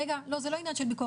רגע, לא, זה לא עניין של ביקורת.